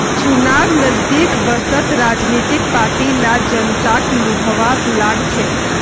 चुनाव नजदीक वस त राजनीतिक पार्टि ला जनताक लुभव्वा लाग छेक